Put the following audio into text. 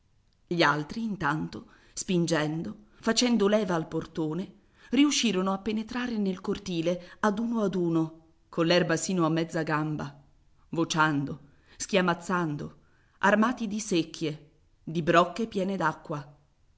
gli altri intanto spingendo facendo leva al portone riuscirono a penetrare nel cortile ad uno ad uno coll'erba sino a mezza gamba vociando schiamazzando armati di secchie di brocche piene